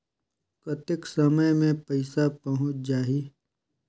कतेक समय मे पइसा पहुंच जाही?